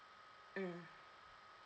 mm